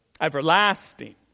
everlasting